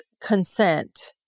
consent